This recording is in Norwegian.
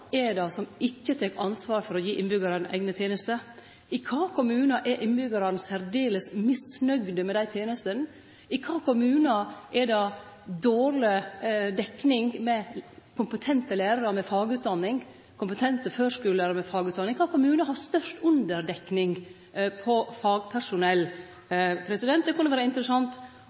er det som ikkje tek ansvaret for å gi innbyggjarane eigne tenester? I kva for kommunar er innbyggjarane særdeles misnøgde med dei tenestene? I kva for kommunar er det dårleg dekning med omsyn til kompetente lærarar med fagutdanning, kompetente førskulelærarar med fagutdanning? Kva for kommunar har størst underdekning på fagpersonell? Det kunne vere interessant